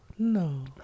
No